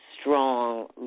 strong